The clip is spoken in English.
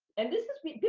and this is the,